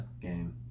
game